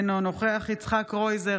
אינו נוכח יצחק קרויזר,